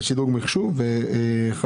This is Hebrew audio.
שילוב מחשוב וכדומה.